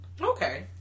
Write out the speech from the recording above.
Okay